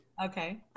Okay